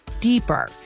deeper